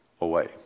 away